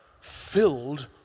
filled